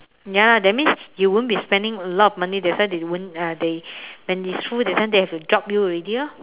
ya lah that means you won't be spending a lot of money that's why won't uh they when it's full that time they have to drop you already orh